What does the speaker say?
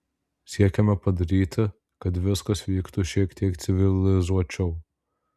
siekiame padaryti kad viskas vyktų šiek tiek civilizuočiau